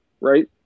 right